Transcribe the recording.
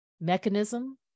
mechanism